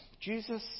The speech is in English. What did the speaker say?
Jesus